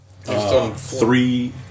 three